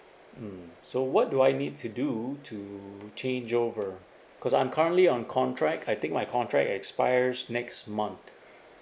mm so what do I need to do to change over because I'm currently on contract I think my contract expires next month